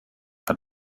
had